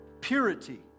purity